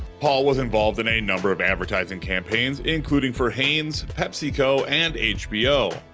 paul was involved in a number of advertising campaigns, including for hanes, pepsico and hbo.